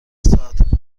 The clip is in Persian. ساعت